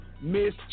Miss